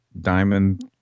diamond